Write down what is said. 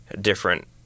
different